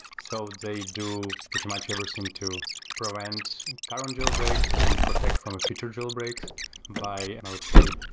so they do pretty much everything to prevent current jailbreaks and project from future jailbreaks by, and i would say,